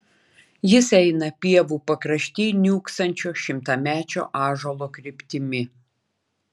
jis eina pievų pakrašty niūksančio šimtamečio ąžuolo kryptimi